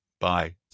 Bye